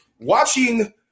Watching